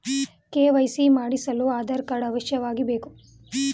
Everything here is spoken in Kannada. ಕೆ.ವೈ.ಸಿ ಮಾಡಿಸಲು ಆಧಾರ್ ಕಾರ್ಡ್ ಅವಶ್ಯವಾಗಿ ಬೇಕು